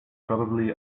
probably